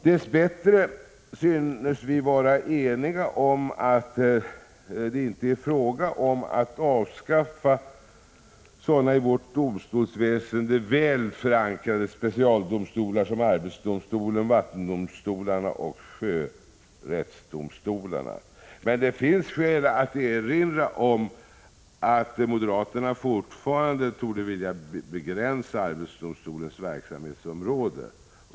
Dess bättre synes vi vara eniga om att det inte gäller att avskaffa sådana i vårt domstolsväsende väl förankrade specialdomstolar som arbetsdomstolen, vattendomstolarna och sjörättsdomstolarna. Men det finns skäl att erinra om att moderaterna fortfarande torde vilja begränsa arbetsdomstolens verksamhetsområde.